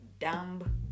dumb